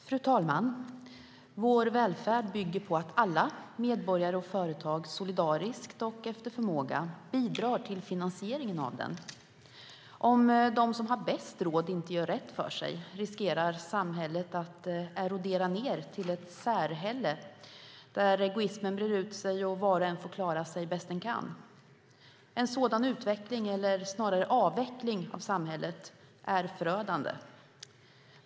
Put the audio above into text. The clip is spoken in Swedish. Fru talman! Vår välfärd bygger på att alla, medborgare och företag, solidariskt och efter förmåga bidrar till finansieringen av den. Om de som har bäst råd inte gör rätt för sig riskerar samhället att erodera ned till ett särhälle, där egoismen breder ut sig och var och en får klara sig bäst man kan. En sådan utveckling, eller snarare avveckling, av samhället är förödande.